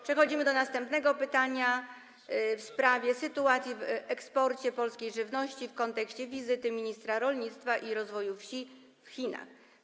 Przechodzimy do następnego pytania w sprawie sytuacji w eksporcie polskiej żywności w kontekście wizyty ministra rolnictwa i rozwoju wsi w Chinach.